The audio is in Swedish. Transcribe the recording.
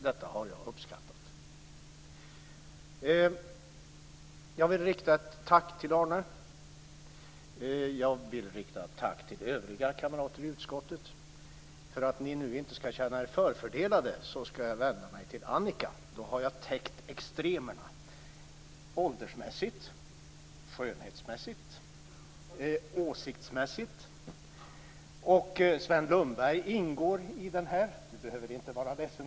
Detta har jag uppskattat. Jag vill rikta ett tack till Arne. Jag vill också rikta ett tack till övriga kamrater i utskottet. För att ingen skall känna sig förfördelad skall jag vända mig till Annika. Då har jag täckt extremerna - åldersmässigt, skönhetsmässigt och åsiktsmässigt. Sven Lundberg ingår i det här, så han behöver inte vara ledsen.